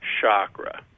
Chakra